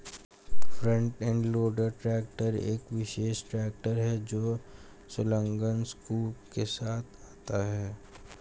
front end loader tractor एक विशेष tractor है जो संलग्न स्कूप के साथ आता है